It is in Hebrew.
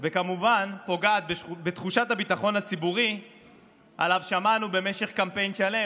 וכמובן פוגעת בתחושת הביטחון הציבורי שעליו שמענו במשך קמפיין שלם.